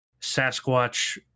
sasquatch